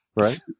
Right